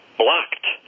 blocked